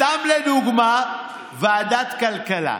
סתם לדוגמה, ועדת כלכלה.